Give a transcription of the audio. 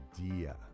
idea